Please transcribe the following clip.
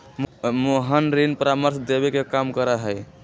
मोहन ऋण परामर्श देवे के काम करा हई